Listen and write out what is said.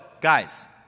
guys